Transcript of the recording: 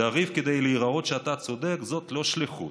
לריב כדי להראות שאתה צודק, זאת לא שליחות.